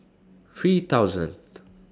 three thousand